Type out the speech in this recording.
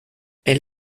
elle